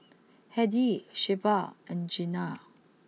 Hedy Shelba and Jeana